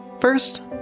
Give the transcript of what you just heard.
First